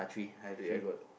three I got